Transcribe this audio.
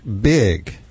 Big